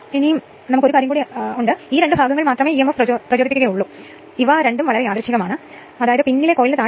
ഇത് 100 KVA transfer പകുതി load പകുതി 100 1000 1 അതിനാൽ 50 10 മുതൽ പവർ 3 വാട്ട്